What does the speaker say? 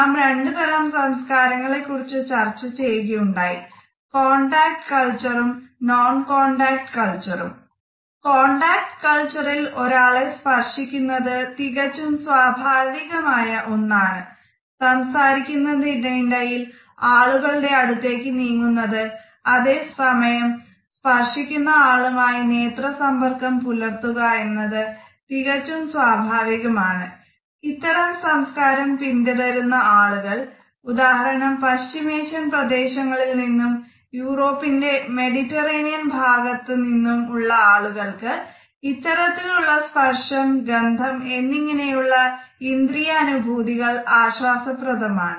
നാം രണ്ട് തരം സംസ്കാരങ്ങളെ കുറിച്ച് ചർച്ച ചെയ്യുകയുണ്ടായി കോൺടാക്ട് കൾചറും നിന്നും ഉള്ള ആളുകൾക്ക് ഇത്തരത്തിൽ ഉള്ള സ്പർശം ഗന്ധം എന്നിങ്ങനെയുള്ള ഇന്ദ്രിയാനുഭൂതികൾ ആശ്വാസപ്രദമാണ്